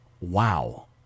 wow